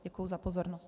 Děkuji za pozornost.